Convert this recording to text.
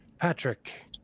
Patrick